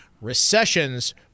recessions